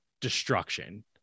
destruction